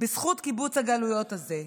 בזכות קיבוץ הגלויות הזה.